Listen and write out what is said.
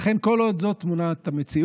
לכן, כל עוד זאת תמונת המציאות,